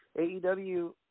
AEW